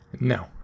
No